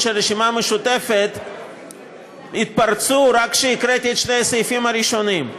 של הרשימה המשותפת התפרצו רק כשהקראתי את שני הסעיפים הראשונים.